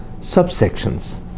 subsections